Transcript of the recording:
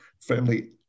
friendly